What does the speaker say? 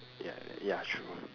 ya ya true ah